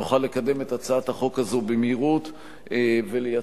נוכל לקדם את הצעת החוק הזו במהירות ולייצר